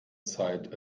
zeit